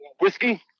Whiskey